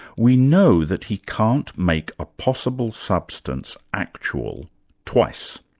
we know that he can't make a possible substance actual twice,